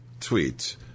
tweet